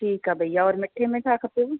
ठीकु आहे भैया और मिठे में छा खपेव